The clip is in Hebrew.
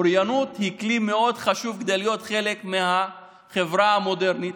אוריינות היא כלי מאוד חשוב כדי להיות חלק מהחברה המודרנית.